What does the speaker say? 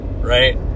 right